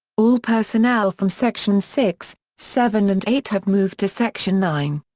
all personnel from sections six, seven and eight have moved to section nine.